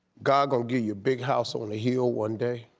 god gon' give you a big house on a hill one day.